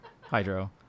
Hydro